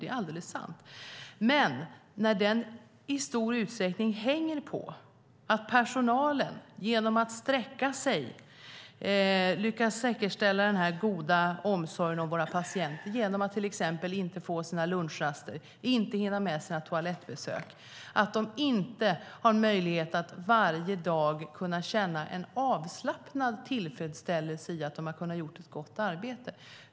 Men det hänger i stor utsträckning på att personalen genom att sträcka sig lyckas säkerställa den goda omsorgen om våra patienter genom att till exempel inte få sina lunchraster, inte hinna med sina toalettbesök, inte ha möjlighet att varje dag känna en avslappnad tillfredsställelse i att ha gjort ett gott arbete.